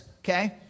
okay